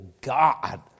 God